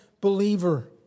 believer